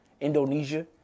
Indonesia